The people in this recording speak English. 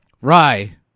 Rye